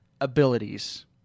abilities